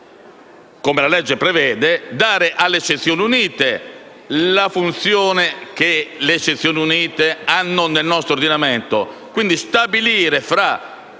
come la legge prevede, di dare alle sezioni unite la funzione che esse hanno nel nostro ordinamento: